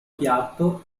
piatto